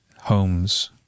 homes